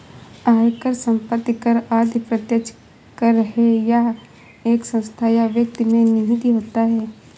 आयकर, संपत्ति कर आदि प्रत्यक्ष कर है यह एक संस्था या व्यक्ति में निहित होता है